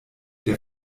der